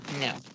No